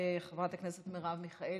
חברת הכנסת מרב מיכאלי,